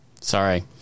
Sorry